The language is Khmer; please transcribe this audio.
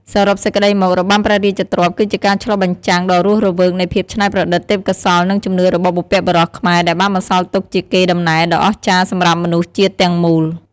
សរុបសេចក្ដីមក របាំព្រះរាជទ្រព្យ គឺជាការឆ្លុះបញ្ចាំងដ៏រស់រវើកនៃភាពច្នៃប្រឌិត ទេពកោសល្យ និងជំនឿរបស់បុព្វបុរសខ្មែរ ដែលបានបន្សល់ទុកជាកេរ្តិ៍ដំណែលដ៏អស្ចារ្យសម្រាប់មនុស្សជាតិទាំងមូល។